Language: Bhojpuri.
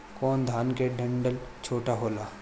कौन धान के डंठल छोटा होला?